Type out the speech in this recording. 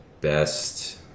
best